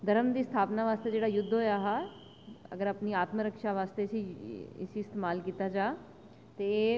धर्म दी स्थापना आस्तै जेह्ड़ा युद्ध होया हा अगर अपनी आत्मरक्षा आस्तै इसी इस्तेमाल कीता जा ते